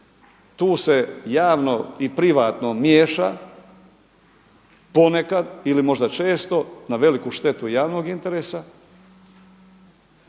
Tu se javno i privatno miješa, ponekad ili možda često, na veliku štetu javnog interesa.